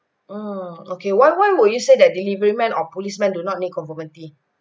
mm okay why why will you said that delivery men or policemen do not need conformity